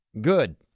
Good